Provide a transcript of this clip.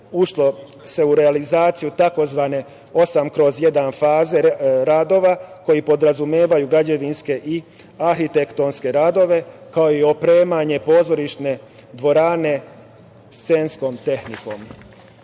ušlo se u realizaciju tzv. 8/1 faze radova koji podrazumevaju građevinske i arhitektonske radove, kao i opremanje pozorišne dvorane scenskom tehnikom.Međutim,